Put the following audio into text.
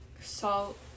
salt